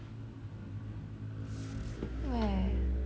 where